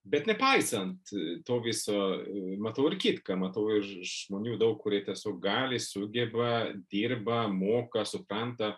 bet nepaisant to viso matau ir kitką matau ii žmonių daug kurie tiesiog gali sugeba dirba moka supranta